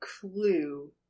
clue